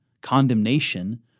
condemnation